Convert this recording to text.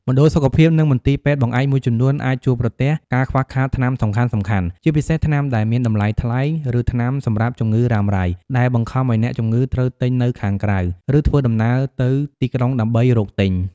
មណ្ឌលសុខភាព និងមន្ទីរពេទ្យបង្អែកមួយចំនួនអាចជួបប្រទះការខ្វះខាតថ្នាំសំខាន់ៗ ជាពិសេសថ្នាំដែលមានតម្លៃថ្លៃ ឬថ្នាំសម្រាប់ជំងឺរ៉ាំរ៉ៃ ដែលបង្ខំឱ្យអ្នកជំងឺត្រូវទិញនៅខាងក្រៅ ឬធ្វើដំណើរទៅទីក្រុងដើម្បីរកទិញ។